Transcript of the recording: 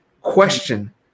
question